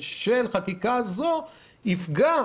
של חקיקה זו יפגע,